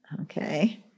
Okay